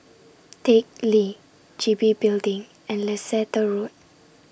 Teck Lee G B Building and Leicester Road